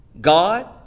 God